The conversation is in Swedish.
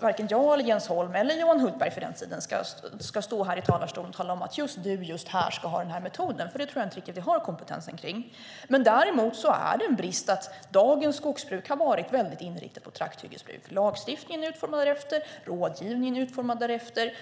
Varken jag, Jens Holm eller Johan Hultberg ska stå i talarstolen och tala om att just du just här ska ha den här metoden. Det har vi inte kompetens för. Däremot är det en brist att dagens skogsbruk har varit väldigt inriktat på trakthyggesbruk. Lagstiftningen är utformad därefter. Rådgivningen är utformad därefter.